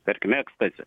tarkim ekstazį